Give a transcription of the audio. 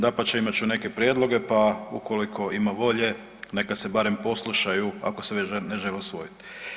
Dapače, imat ću neke prijedloge, pa ukoliko ima volje, neka se barem poslušaju, ako se već ne žele usvojiti.